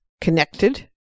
connected